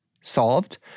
solved